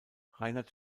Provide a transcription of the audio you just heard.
reinhard